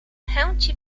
chęci